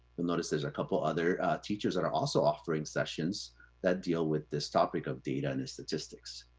you'll notice there's a couple other teachers that are also offering sessions that deal with this topic of data and statistics.